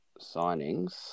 signings